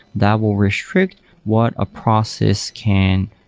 that will restrict what a process can,